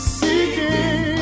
seeking